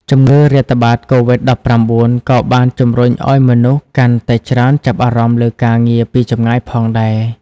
ជំងឺរាតត្បាតកូវីដ-១៩ ក៏បានជំរុញឱ្យមនុស្សកាន់តែច្រើនចាប់អារម្មណ៍លើការងារពីចម្ងាយផងដែរ។